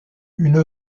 une